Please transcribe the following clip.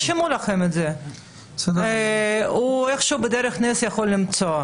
יוכל למצוא איכשהו בדרך נס.